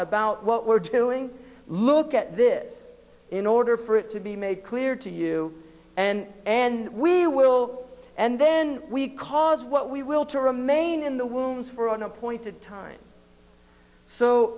about what we're doing look at this in order for it to be made clear to you and and we will and then we cause what we will to remain in the womb for an appointed time so